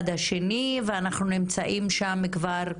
ונשארנו לחיות שם.